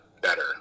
better